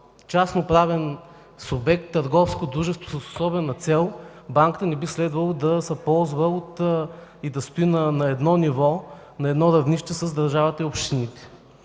частно-правен субект – търговско дружество с особена цел, банка не би следвало да се ползва и да стои на едно ниво, на едно равнище с държавата и общините.